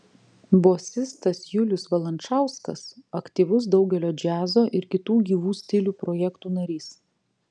bosistas julius valančauskas aktyvus daugelio džiazo ir kitų gyvų stilių projektų narys